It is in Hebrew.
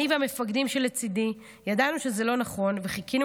אני והמפקדים שלצידי ידענו שזה לא נכון וחיכינו